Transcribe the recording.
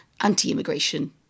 anti-immigration